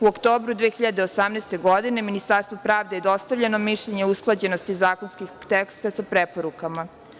U oktobru 2018. godine Ministarstvu pravde je dostavljeno mišljenje o usklađenosti zakonskih tekstova sa preporukama.